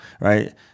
Right